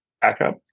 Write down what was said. backup